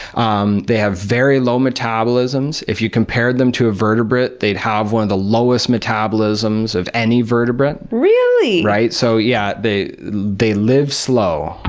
um they have very low metabolisms. if you compared them to a vertebrate, they'd have one of the lowest metabolisms of any vertebrate. really? so yeah, they they live slow.